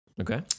Okay